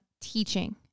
teaching